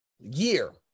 year